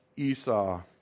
Esau